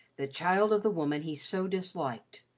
the child of the woman he so disliked,